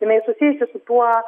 jinai susijusi su tuo